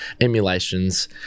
emulations